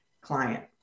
client